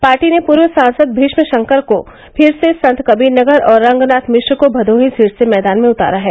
party ने पूर्व सांसद भीष्म शंकर को फिर से संतकबीर नगर और रंगनाथ मिश्र को मदोही सीट से मैदान में उतारा है